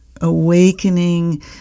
Awakening